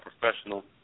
professional